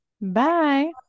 bye